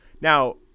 Now